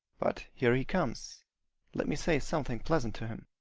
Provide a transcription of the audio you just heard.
but here he comes let me say something pleasant to him.